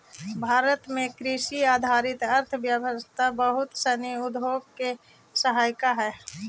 भारत में कृषि आधारित अर्थव्यवस्था बहुत सनी उद्योग के सहायिका हइ